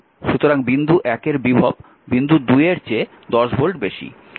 সুতরাং বিন্দু 1 এর বিভব বিন্দু 2 এর চেয়ে 10 ভোল্ট বেশি